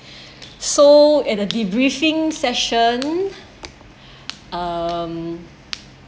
so in a debriefing session um